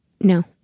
No